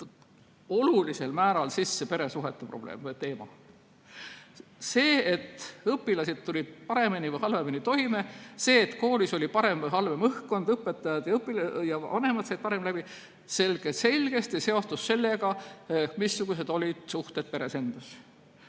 olulisel määral sisse peresuhete probleem või teema. Kas õpilased tulid paremini või halvemini toime, kas koolis oli parem või halvem õhkkond, kas õpetajad ja vanemad said paremini läbi – see selgesti seostus sellega, missugused olid suhted peres endas.